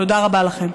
תודה רבה לכם.